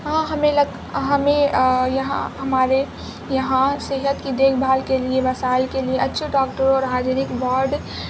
ہاں ہمیں لگ ہمیں یہاں ہمارے یہاں صحت کی دیکھ بھال کے لیے وسائل کے لیے اچھے ڈاکٹروں اور ہائجینک وارڈ